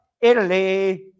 Italy